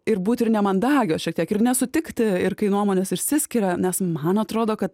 ir būti ir nemandagios šiek tiek ir nesutikti ir kai nuomonės išsiskiria nes man atrodo kad